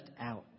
out